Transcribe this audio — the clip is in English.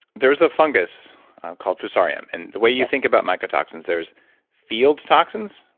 there is a fungus called fusarium and the way you think about mycotoxins, there's fields toxins,